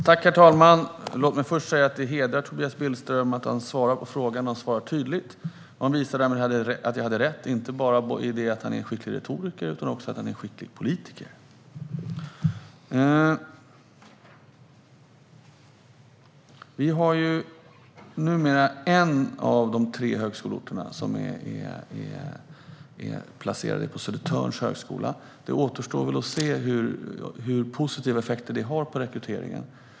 Herr talman! Det hedrar Tobias Billström att han svarar på frågan, och han svarar tydligt. Han visar därmed att jag hade rätt, inte bara i att han är en skicklig retoriker utan också i att han är en skicklig politiker. Numera är en av de tre polishögskolorna placerad på Södertörns högskola. Det återstår att se vilka positiva effekter det kommer att få för rekryteringen.